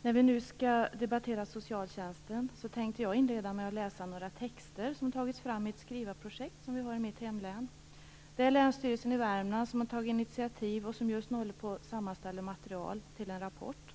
Fru talman! När vi nu skall debattera socialtjänsten tänkte jag inleda med att läsa några texter som har tagits fram i ett skrivarprojekt som vi har i mitt hemlän. Det är Länsstyrelsen i Värmland som har tagit initiativet och som just nu håller på att sammanställa materialet till en rapport.